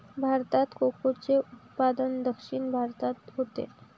भारतात कोकोचे उत्पादन दक्षिण भारतात होते